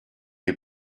est